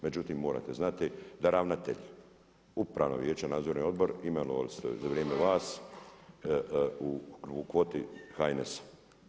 Međutim, morate znati da ravnatelj, upravno vijeće, nadzorni odbor imenovali ste za vrijeme vas u kvoti HNS-a.